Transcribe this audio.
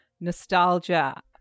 nostalgia